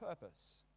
purpose